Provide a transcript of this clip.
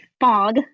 fog